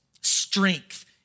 strength